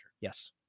Yes